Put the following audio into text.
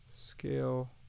Scale